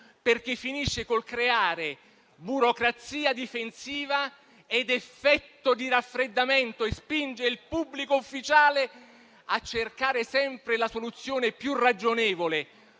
perché finisce con il creare burocrazia difensiva ed effetto di raffreddamento, e spinge il pubblico ufficiale a cercare sempre la soluzione più ragionevole,